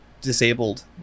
disabled